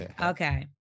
Okay